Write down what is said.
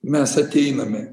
mes ateiname